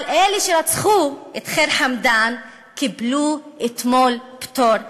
אבל אלה שרצחו את ח'יר חמדאן קיבלו אתמול פטור.